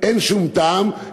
אין שום טעם,